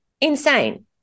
insane